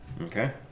Okay